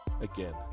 again